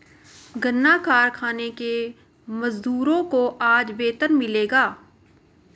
गन्ना कारखाने के मजदूरों को आज वेतन मिलेगा